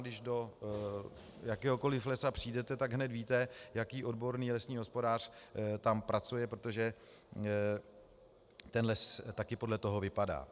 Když do jakéhokoli lesa přijdete, tak hned víte, jaký odborný lesní hospodář tam pracuje, protože ten les taky podle toho vypadá.